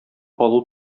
алу